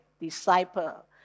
disciple